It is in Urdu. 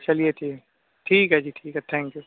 چلیے ٹھیک ٹھیک ہے جی ٹھیک ہے تھینک یو